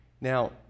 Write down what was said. Now